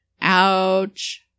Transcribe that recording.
Ouch